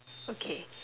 okay